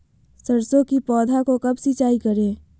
सरसों की पौधा को कब सिंचाई करे?